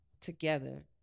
together